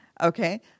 Okay